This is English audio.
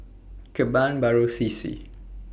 Kebun Baru C C